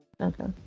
Okay